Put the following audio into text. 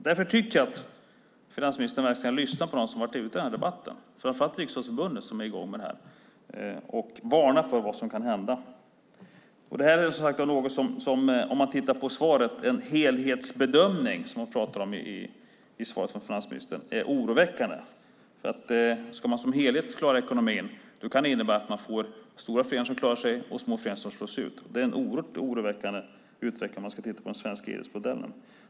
Därför tycker jag att finansministern verkligen ska lyssna på dem som har varit ute i den här debatten, framför allt Riksidrottsförbundet, som är i gång med det här och varnar för vad som kan hända. I svaret från finansministern talas det om en helhetsbedömning. Det är oroväckande. För ska man som helhet klara ekonomin kan det innebära att man får stora föreningar som klarar sig och små föreningar som slås ut. Det är en oerhört oroväckande utveckling om man tittar på den svenska idrottsmodellen.